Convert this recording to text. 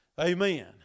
amen